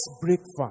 breakfast